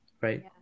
right